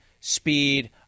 speed